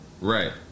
Right